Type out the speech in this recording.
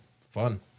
Fun